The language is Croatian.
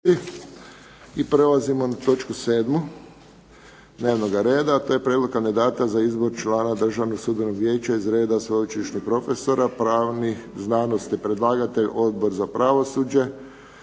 I prelazimo na točku 7. dnevnoga reda, a to je - Prijedlog kandidata za izbor člana Državnog sudbenog vijeća iz reda sveučilišnih profesora pravnih znanosti Predlagatelj je Odbor za pravosuđe.